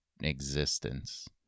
existence